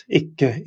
ikke